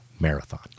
marathon